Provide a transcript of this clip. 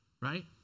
right